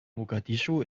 mogadischu